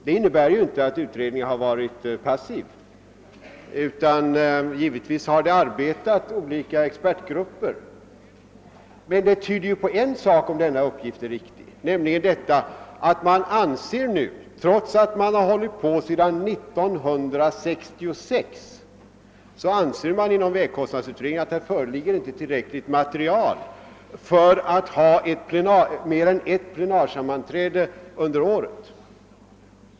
Det innebär ju inte att utredningen har varit passiv, utan givetvis har olika expertgrupper arbetat. Men om denna uppgift är riktig, tyder den på en sak, nämligen att man nu, trots alt man har hållit på sedan 1966, inom vägkostnadsutredningen anser, att det inte föreligger tillräckligt med material för att ha mer än ett plenarsammanträde under året.